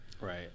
right